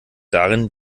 darin